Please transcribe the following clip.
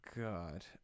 God